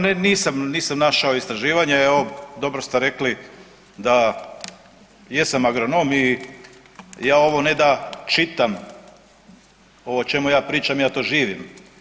Pa evo, ne, nisam, nisam našao istraživanje, evo dobro ste rekli da jesam agronom i ja ovo ne da čitam ovo o čemu ja pričam, ja to živim.